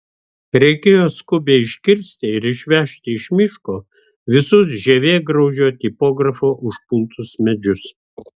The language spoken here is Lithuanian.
reikėjo skubiai iškirsti ir išvežti iš miško visus žievėgraužio tipografo užpultus medžius